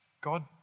God